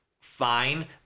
fine